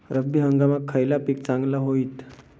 रब्बी हंगामाक खयला पीक चांगला होईत?